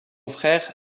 frère